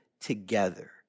together